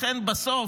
לכן בסוף,